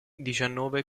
diciannove